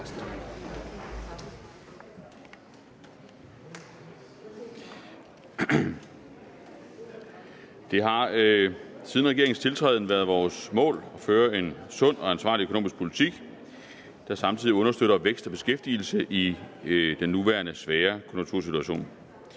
Det har siden regeringens tiltrædelse været vores mål at føre en sund og ansvarlig økonomisk politik, der samtidig understøtter vækst og beskæftigelse i den nuværende svære konjunktursituation.